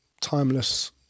timeless